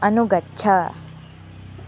अनुगच्छ